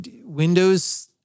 windows